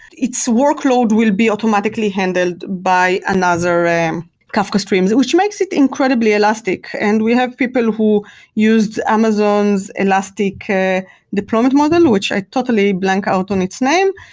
its workload will be automatically handled by another um kafka streams, which makes it incredibly elastic, and we have people who used amazon's elastic ah deployment model, which i totally blank out on its name,